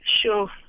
Sure